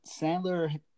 sandler